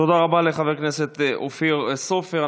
תודה רבה לחבר הכנסת אופיר סופר.